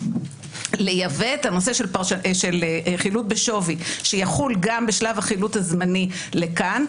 לייבא את הנושא של חילוט בשווי שיחול גם בשלב החילוט הזמני לכאן,